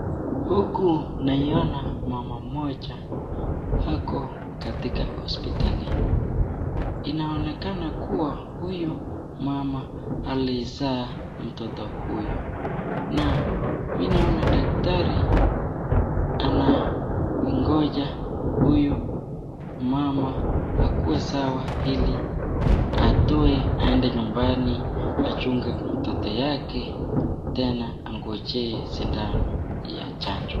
Huku naiona mama mmoja ako katika hosipitalini. Inaonekana kuwa huyu mama alizaa mtoto huyu. Na, mi naona daktari anangoja huyu mama akuwe sawa ili atoe aende nyumbani achunge mtoto yake tena angojee sindano ya chanjo.